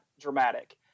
dramatic